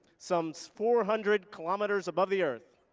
some four hundred kilometers above the earth.